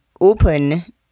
open